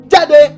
Jade